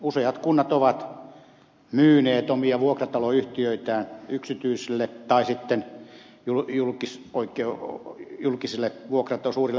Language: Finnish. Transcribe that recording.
useat kunnat ovat myyneet omia vuokrataloyhtiöitään yksityisille tai sitten julkisille suurille vuokrataloyhtiöille